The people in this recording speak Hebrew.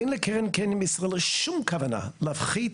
אין לקרן קיימת בישראל שום כוונה להפחית